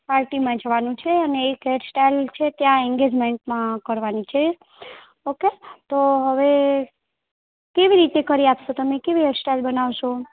પાર્ટીમાં જવાનું છે અને એક હેરસ્ટાઈલ છે ત્યાં એન્ગેજમેન્ટમાં કરવાની છે ઓકે તો હવે કેવી રીતે કરી આપશો તમે કેવી હેરસ્ટાઈલ બનાવશો